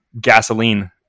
gasoline